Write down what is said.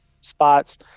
spots